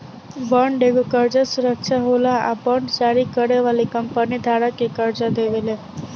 bond एगो कर्जा सुरक्षा होला आ बांड जारी करे वाली कंपनी धारक के कर्जा देवेले